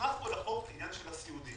הכנסתם לחוק עניין סיעודי.